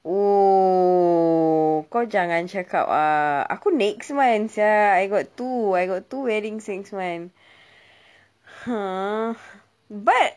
oh kau jangan cakap ah aku next month sia I got two I got two weddings next month but